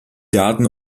daten